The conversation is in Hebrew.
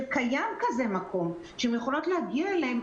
שקיים כזה מקום שהן יכולות להגיע אליו?